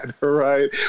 right